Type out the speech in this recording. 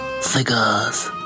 Cigars